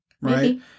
right